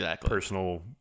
personal